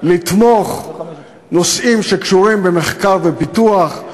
לתמוך בנושאים שקשורים במחקר ופיתוח,